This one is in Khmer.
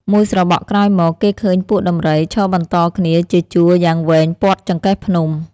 មួយស្របក់ក្រោយមក គេឃើញពួកដំរី ឈរបន្តគ្នាជាជួរយ៉ាងវែងព័ទ្ធចង្កេះភ្នំ ។